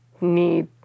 need